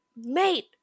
mate